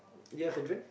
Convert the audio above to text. you have a drink